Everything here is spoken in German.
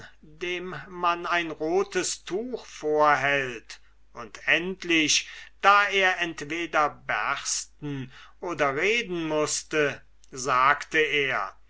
dem man ein rotes tuch vorhält und endlich da er entweder bersten oder reden mußte sagte er